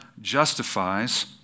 justifies